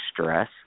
stress